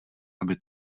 aby